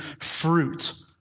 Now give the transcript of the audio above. fruit